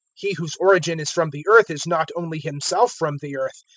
he whose origin is from the earth is not only himself from the earth,